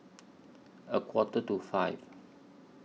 A Quarter to five